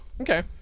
Okay